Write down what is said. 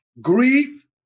grief